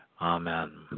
Amen